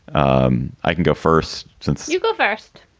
um i can go first since you go first.